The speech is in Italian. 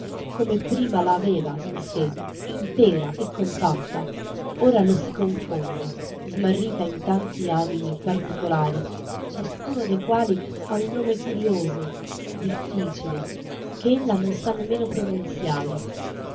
come prima la aveva in sé intera e compatta ora le si confonde smarrita in tanti animi particolari ciascuno dei quali ha un nome curioso difficile che ella non sa nemmeno pronunziare